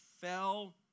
fell